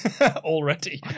already